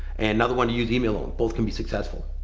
and another one to use email. both can be successful.